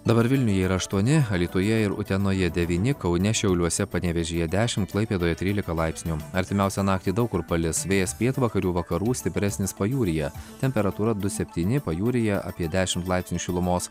dabar vilniuje yra aštuoni alytuje ir utenoje devyni kaune šiauliuose panevėžyje dešimt klaipėdoje trylika laipsnių artimiausią naktį daug kur palis vėjas pietvakarių vakarų stipresnis pajūryje temperatūra du septyni pajūryje apie dešimt laipsnių šilumos